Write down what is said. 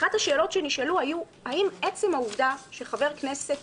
אחת השאלות שנשאלו היו: האם עצם העובדה שחבר כנסת